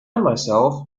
myself